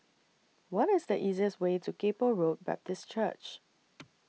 What IS The easiest Way to Kay Poh Road Baptist Church